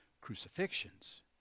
crucifixions